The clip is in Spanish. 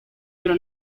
pero